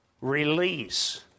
release